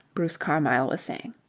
bruce carmyle was saying.